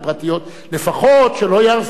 לפחות שלא יהרסו את הבתים.